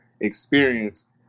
experience